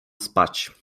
spać